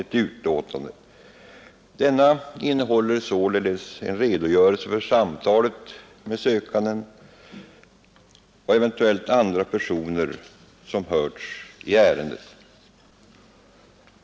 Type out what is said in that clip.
Detta innehåller således en redogörelse för samtalen med sökanden och eventuella andra personer som hörts i ärendet.